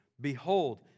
Behold